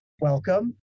welcome